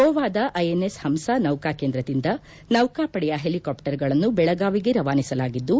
ಗೋವಾದ ಐಎನ್ಎಸ್ ಹಂಸ ನೌಕಾ ಕೇಂದ್ರದಿಂದ ನೌಕಾಪಡೆಯ ಹೆಲಿಕಾಫ್ಲರ್ಗಳನ್ನು ಬೆಳಗಾವಿಗೆ ರವಾನಿಸಲಾಗಿದ್ದು